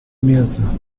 mesa